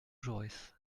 jaurès